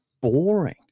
boring